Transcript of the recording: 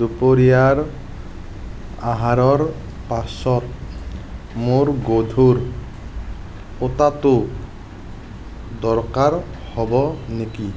দুপৰীয়াৰ আহাৰৰ পাছত মোৰ গধুৰ কোটাটো দৰকাৰ হ'ব নেকি